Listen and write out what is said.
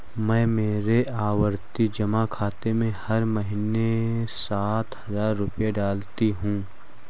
मैं मेरे आवर्ती जमा खाते में हर महीने सात हजार रुपए डालती हूँ